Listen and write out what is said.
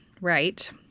right